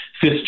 fifth